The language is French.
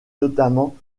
notamment